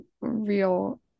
real